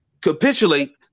capitulate